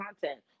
content